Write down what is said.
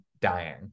dying